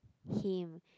him